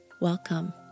Welcome